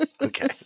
Okay